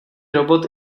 robot